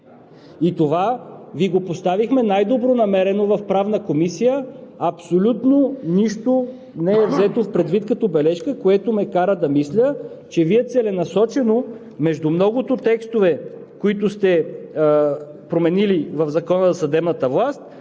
И това Ви го поставихме най добронамерено в Правната комисия. Абсолютно нищо не е взето предвид като бележка, което ме кара да мисля, че Вие целенасочено, между многото текстове, които сте променили в Закона за съдебната власт,